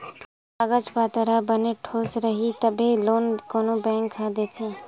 कागज पाथर ह बने पोठ रइही तभे लोन कोनो बेंक ह देथे